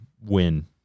win